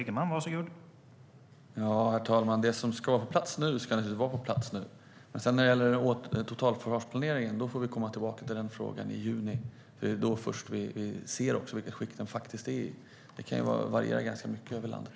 Herr talman! Det som ska vara på plats nu ska naturligtvis vara på plats nu. Men när det gäller frågan om totalförsvarsplaneringen får vi komma tillbaka till den i juni. Det är först då vi ser i vilket skick den faktiskt är. Det kan variera ganska mycket över landet.